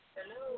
Hello